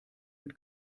mit